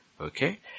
Okay